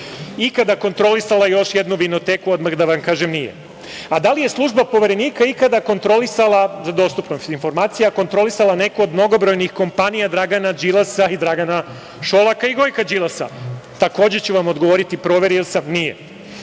ikada kontrolisala još jednu vinoteku? Odmah da vam kažem da nije. Da li je služba Poverenika za dostupnost informacija, ikada kontrolisala neku od mnogobrojnih kompanija Dragana Đilasa i Dragana Šolaka i Gojka Đilasa? Takođe ću vam odgovoriti, proverio sam, nije. Da